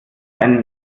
einen